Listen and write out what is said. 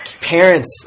parents